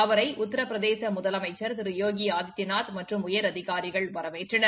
அவரை உத்திர பிரதேச முதலமைச்ச் திரு யோகி ஆதித்யநாத் மற்றும் உயரதிகாரிகள் வரவேற்றனர்